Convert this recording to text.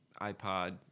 iPod